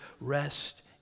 rest